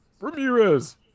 Ramirez